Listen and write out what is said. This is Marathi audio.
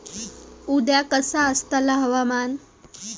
उद्या कसा आसतला हवामान?